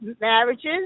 marriages